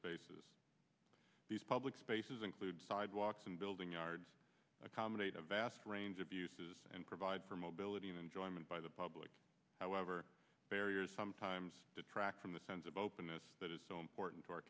spaces these public spaces include sidewalks and building yards accommodate a vast range of uses and vied for mobility and enjoyment by the public however barriers sometimes detract from the sense of openness that is so important to our